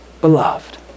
beloved